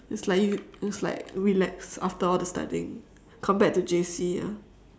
it's like you it's like relax after all the studying compared to J_C ah